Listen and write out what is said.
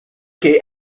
key